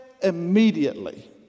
immediately